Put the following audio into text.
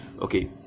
Okay